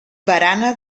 barana